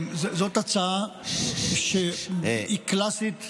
בבקשה, אדוני, עשר דקות